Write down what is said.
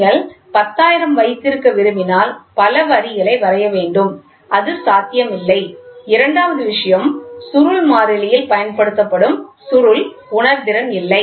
நீங்கள் 10000 ஐ வைத்திருக்க விரும்பினால் பல வரிகளை வரைய வேண்டும் அது சாத்தியமில்லை இரண்டாவது விஷயம் சுருள் மாறிலியில் பயன்படுத்தப்படும் சுருள் உணர்திறன் இல்லை